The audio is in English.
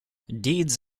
deeds